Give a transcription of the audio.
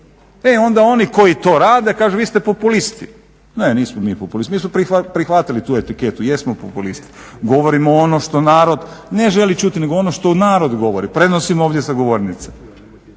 E onda oni koji to rade kažu vi ste populisti. Ne, nismo mi populisti, mi smo prihvatili tu etiketu. Jesmo populisti, govorimo ono što narod ne želi čuti nego ono što narod govori, prenosimo ovdje sa govornice.